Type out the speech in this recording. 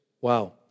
Wow